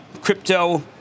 Crypto